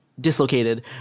dislocated